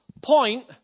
point